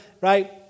right